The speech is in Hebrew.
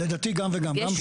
לדעתי גם וגם.